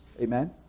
Amen